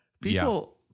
People